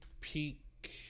peak